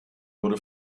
wurde